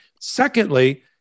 Secondly